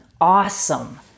awesome